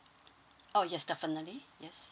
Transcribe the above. oh yes definitely yes